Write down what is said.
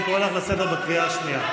אני קורא אותך לסדר בקריאה השנייה.